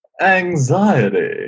anxiety